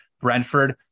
Brentford